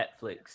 netflix